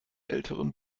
älteren